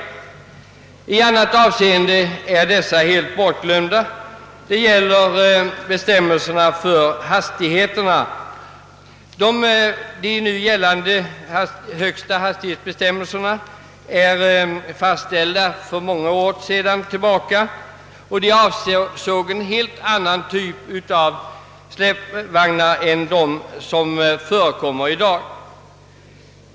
I ett annat avseende är husvagnarna helt bortglömda, nämligen vad beträffar hastighetsbestämmelserna. De nu gällande hastighetsbestämmelserna är fastställda för många år sedan, då husvagnarna var av en helt annan typ än den som förekommer i dag.